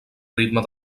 ritme